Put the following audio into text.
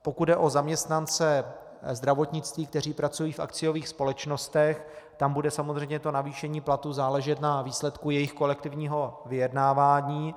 Pokud jde o zaměstnance zdravotnictví, kteří pracují v akciových společnostech, tam bude samozřejmě navýšení platu záležet na výsledku jejich kolektivního vyjednávání.